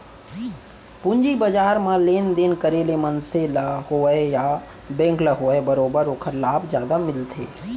पूंजी बजार म लेन देन करे ले मनसे ल होवय या बेंक ल होवय बरोबर ओखर लाभ जादा मिलथे